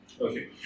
Okay